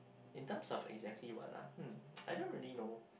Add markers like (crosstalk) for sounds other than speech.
in terms of exactly what ah hmm (noise) I don't really know